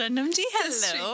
Hello